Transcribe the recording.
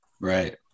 Right